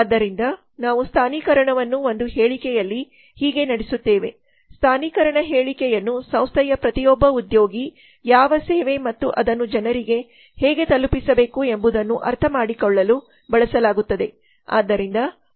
ಆದ್ದರಿಂದ ನಾವು ಸ್ಥಾನಿಕರಣವನ್ನು ಒಂದು ಹೇಳಿಕೆಯಲ್ಲಿ ಹೀಗೆ ನಡೆಸುತ್ತೇವೆ ಸ್ಥಾನೀಕರಣ ಹೇಳಿಕೆಯನ್ನು ಸಂಸ್ಥೆಯ ಪ್ರತಿಯೊಬ್ಬ ಉದ್ಯೋಗಿ ಯಾವ ಸೇವೆ ಮತ್ತು ಅದನ್ನು ಜನರಿಗೆ ಹೇಗೆ ತಲುಪಿಸಬೇಕು ಎಂ ಬುದನ್ನು ಅರ್ಥಮಾಡಿಕೊಳ್ಳಲು ಬಳಸಲಾಗುತ್ತದೆ